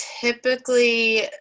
typically